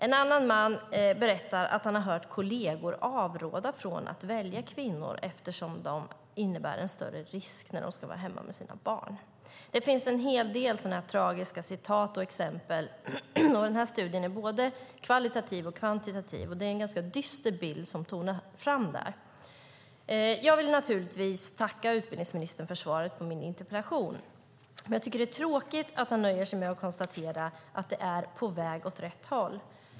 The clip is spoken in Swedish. En annan man berättar att han har hört kolleger avråda från att välja kvinnor eftersom de innebär en större risk när de ska vara hemma med sina barn. Det finns en hel del sådana här beklämmande uttalanden och exempel. Studien är både kvalitativ och kvantitativ, och det är en ganska dyster bild som tonar fram. Jag tackar utbildningsministern för svaret på min interpellation, men det är tråkigt att han nöjer sig med att konstatera att det är på väg åt rätt håll.